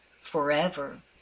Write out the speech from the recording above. forever